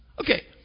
Okay